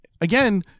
again